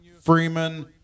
Freeman